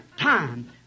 time